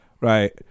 right